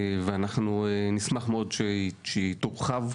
ואנחנו נשמח מאוד שהיא תורחב.